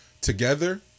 together